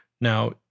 Now